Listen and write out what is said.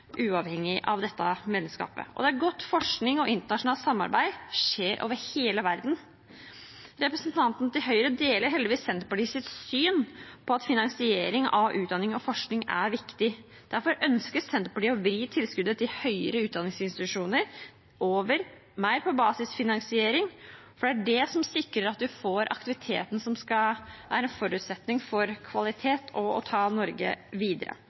uavhengig av dette medlemskapet. Det er godt at forskning og internasjonalt samarbeid skjer over hele verden. Representanten fra Høyre deler heldigvis Senterpartiets syn på at finansiering av utdanning og forskning er viktig. Derfor ønsker Senterpartiet å vri tilskuddet til høyere utdanningsinstitusjoner mer over på basisfinansiering, for det er det som sikrer at en får aktiviteten som skal være en forutsetning for kvalitet og det å ta Norge videre.